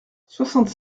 soixante